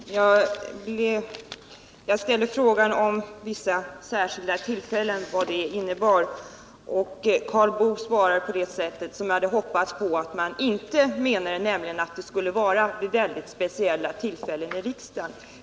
Herr talman! Jag ställde frågan vad ”vissa särskilda tillfällen” innebar, och Karl Boo svarade på det sätt som jag hade hoppats att man inte menade, nämligen att det skulle vara mycket speciella tillfällen i riksdagen.